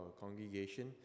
congregation